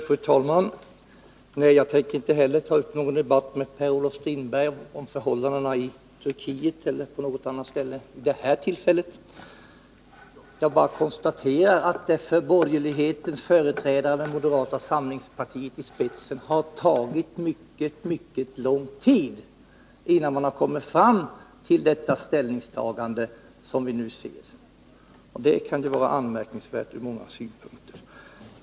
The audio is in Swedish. Fru talman! Jag tänker inte heller vid detta tillfälle ta upp någon debatt med Per-Olof Strindberg om förhållandena i Turkiet eller på något annat ställe. Jag konstaterar bara att det för borgerlighetens företrädare, med moderata samlingspartiet i spetsen, har tagit mycket, mycket lång tid innan de har kommit fram till det ställningstagande som vi nu ser. Det kan vara anmärkningsvärt ur många synpunkter.